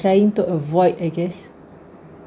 trying to avoid I guess